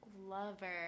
lover